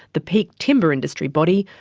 the peak timber industry body,